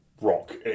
rock